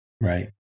Right